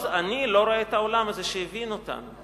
אני לא רואה את העולם הזה שהבין אותנו,